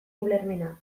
ulermena